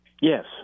Yes